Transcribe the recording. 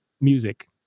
music